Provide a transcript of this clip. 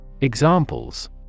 Examples